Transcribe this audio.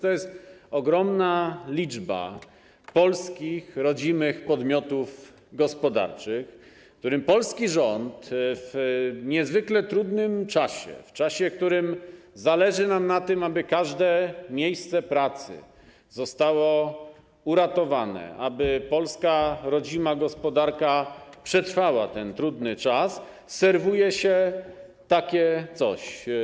To jest ogromna liczba polskich, rodzimych podmiotów gospodarczych, którym polski rząd w niezwykle trudnym czasie, w czasie, w którym zależy nam na tym, aby każde miejsce pracy zostało uratowane, aby polska, rodzima gospodarka przetrwała ten trudny czas, serwuje takie coś.